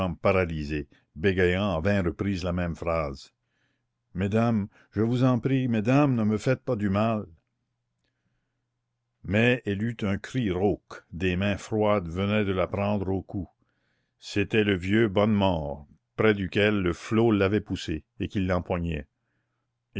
à vingt reprises la même phrase mesdames je vous en prie mesdames ne me faites pas du mal mais elle eut un cri rauque des mains froides venaient de la prendre au cou c'était le vieux bonnemort près duquel le flot l'avait poussée et qui l'empoignait